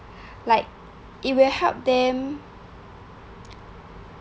like it'll help them